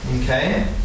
Okay